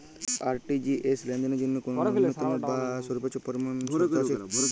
RTGS লেনদেনের জন্য কোন ন্যূনতম বা সর্বোচ্চ পরিমাণ শর্ত আছে?